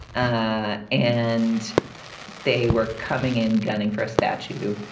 ah and they were coming in gunning for a statue.